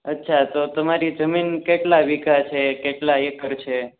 અચ્છા તો તમારી જમીન કેટલા વીઘા છે કેટલા એકર છે